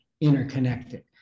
interconnected